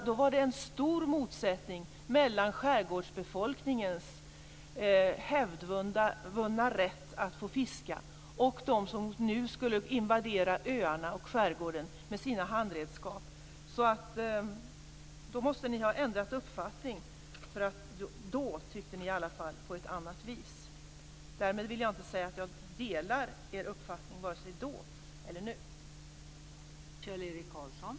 Då var det en stor motsättning mellan skärgårdsbefolkningens hävdvunna rätt att få fiska och dem som skulle invadera öarna och skärgården med sina handredskap. Då måste ni ha ändrat uppfattning. Då tyckte ni alla fall på ett annat vis. Därmed vill jag inte säga att jag delar er uppfattning vare sig då eller nu.